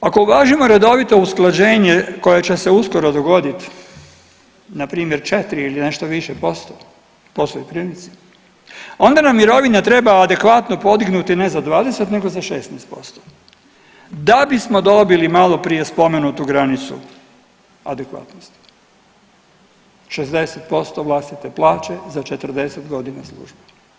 Ako uvažimo redovito usklađenje koje će se uskoro dogoditi npr. 4 ili nešto više posto po svojoj prilici onda nam mirovina treba adekvatno podignuti ne za 20 nego za 16%, da bismo dobili maloprije spomenutu granicu adekvatnosti 60% vlastite plaće za 40 godina službe.